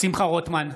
שמחה רוטמן,